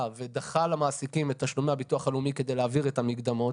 ודחה למעסיקים את תשלומי הביטוח הלאומי כדי להעביר את המקדמות.